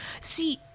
see